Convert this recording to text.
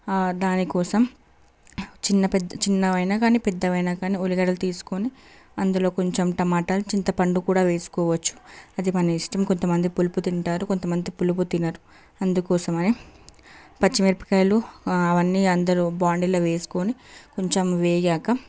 దానికోసం చిన్న చిన్నవైనా కాని పెద్దవైనా కాని ఉల్లిగడ్డలు తీసుకొని అందులో కొంచెం టమాట చింతపండు కూడా వేసుకోవచ్చు అది మన ఇష్టం కొంతమంది పులుపు తింటారు కొంతమంది పులుపు తినరు అందుకోసమనే పచ్చిమిరపకాయలు అవన్నీ అందులో బాండిలో వేసుకొని కొంచెం వేగాక